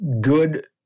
good